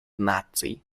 наций